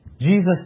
Jesus